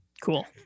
Cool